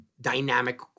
dynamic